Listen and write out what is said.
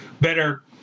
better